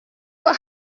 what